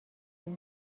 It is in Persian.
دیگه